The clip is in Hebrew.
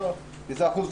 10, זה אחוז.